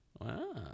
wow